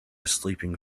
sleeping